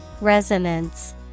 Resonance